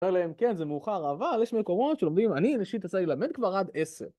אומר להם כן, זה מאוחר אבל יש מקומות שלומדים, אני אישית יצא לי ללמד כבר עד עשר